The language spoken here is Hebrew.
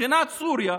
מבחינת סוריה,